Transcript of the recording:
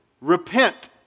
Repent